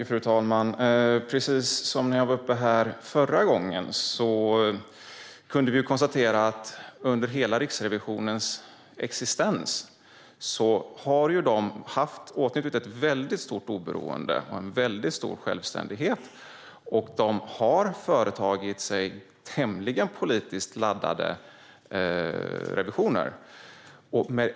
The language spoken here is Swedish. Fru talman! Precis som när jag var uppe här förra gången kan vi konstatera att Riksrevisionen under hela sin existens har åtnjutit ett väldigt stort oberoende och en väldigt stor självständighet. Och de har företagit sig tämligen politiskt laddade revisioner.